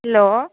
hello